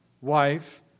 wife